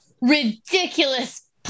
Ridiculous